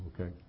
Okay